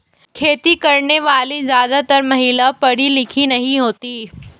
खेती करने वाली ज्यादातर महिला पढ़ी लिखी नहीं होती